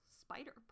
Spider